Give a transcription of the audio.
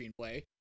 screenplay